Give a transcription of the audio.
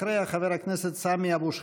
אחריה, חבר הכנסת סמי אבו שחאדה.